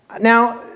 Now